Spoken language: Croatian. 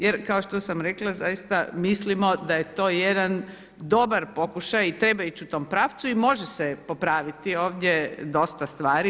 Jer kao što sam rekla zaista mislimo da je to jedan dobar pokušaj i treba ići u tom pravcu i može se popraviti ovdje dosta stvari.